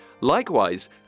Likewise